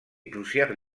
plusieurs